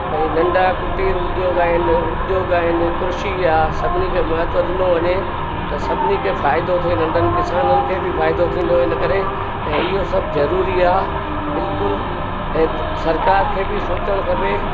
भई नंढा कुटीर उद्योग आहिनि उद्योग आहिनि कृषि आहे सभिनी खे महत्व ॾिनो वञे त सभिनी खे फ़ाइदो थे नंढनि किसाननि खे बि फ़ाइदो थींदो इन करे ऐं इहो सभु ज़रूरी आहे बिल्कुलु ऐं सरकारि खे बि सोचणु खपे